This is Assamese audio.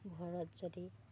ঘৰত যদি